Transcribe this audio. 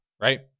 right